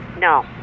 no